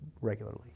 regularly